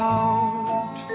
out